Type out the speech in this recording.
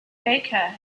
baker